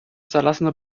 zerlassene